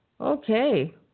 Okay